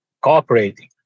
cooperating